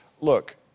look